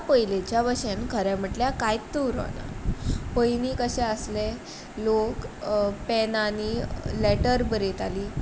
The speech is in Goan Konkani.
आतां पयलींच्या बशेन खरें म्हटल्यार कांयत उरो ना पयनीं कशें आसलें लोक पेनांनी लेटर बरयताले